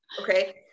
okay